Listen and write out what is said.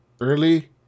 early